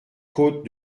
côte